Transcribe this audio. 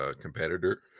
competitor